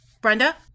Brenda